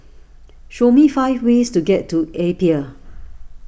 show me five ways to get to Apia